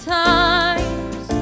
times